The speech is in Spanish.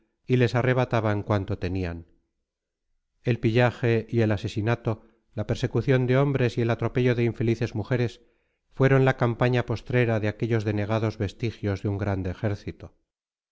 y les arrebataban cuanto tenían el pillaje y el asesinato la persecución de hombres y el atropello de infelices mujeres fueron la campaña postrera de aquellos degenerados vestigios de un grande ejército